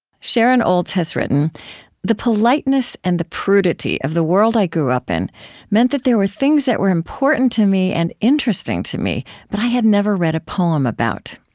sharon olds has written the politeness and the prudity of the world i grew up in meant that there were things that were important to me and interesting to me, but i had never read a poem about.